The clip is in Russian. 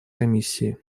комиссии